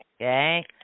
Okay